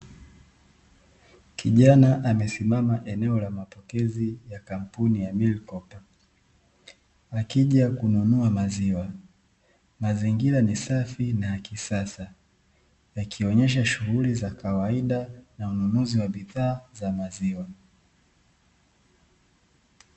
Kijana amesimama eneo la mapokezi ya kampuni ya 'MILCOPAL', akija kununua maziwa. Mazingira ni safi na ya kisasa, yakionyesha shughuli za kawaida na ununuzi wa bidhaa za maziwa.